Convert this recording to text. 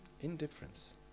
Indifference